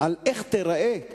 על איך תיראה ירושלים.